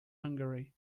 hungary